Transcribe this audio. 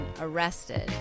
arrested